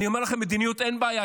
אני אומר לכם, מדיניות, אין בעיה.